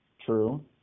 True